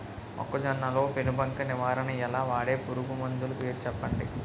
మొక్కజొన్న లో పెను బంక నివారణ ఎలా? వాడే పురుగు మందులు చెప్పండి?